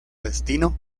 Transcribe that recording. destino